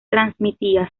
transmitía